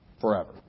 forever